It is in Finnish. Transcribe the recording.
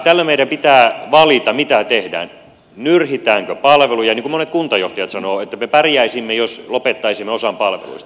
tällöin meidän pitää valita mitä tehdään nyrhitäänkö palveluja niin kuin monet kuntajohtajat sanovat että me pärjäisimme jos lopettaisimme osan palveluista